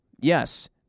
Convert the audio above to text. yes